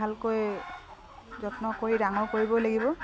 ভালকৈ যত্ন কৰি ডাঙৰ কৰিবই লাগিব